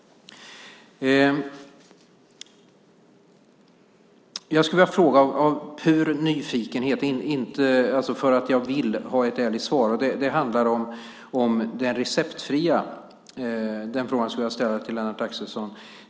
Jag har en fråga av pur nyfikenhet, inte för att jag vill ha ett ärligt svar. Det handlar om det receptfria. Den frågan skulle jag vilja ställa till Lennart Axelsson.